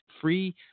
free